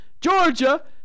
Georgia